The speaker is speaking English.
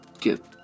get